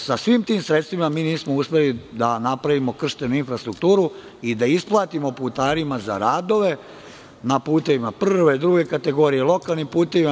Sa svim tim sredstvima, nismo uspeli da napravimo krštenu infrastrukturu i da isplatimo putarima za radove na putevima prve, druge kategorije, lokalnim putevima.